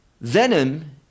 venom